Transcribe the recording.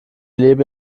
lebe